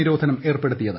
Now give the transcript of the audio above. ഇൌ നിരോധനം ഏർപ്പെടുത്തിയത്